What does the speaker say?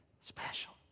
special